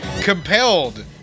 compelled